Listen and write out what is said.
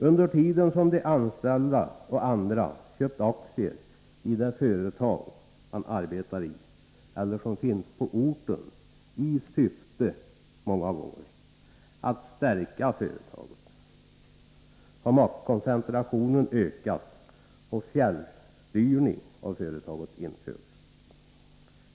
Under tiden som de anställda och andra köpt aktier i det företag de arbetar i eller som finns på orten — många gånger i syfte att stärka företaget — har maktkoncentrationen ökat och fjärrstyrning av företaget införts.